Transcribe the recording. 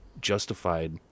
justified